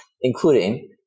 including